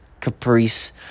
caprice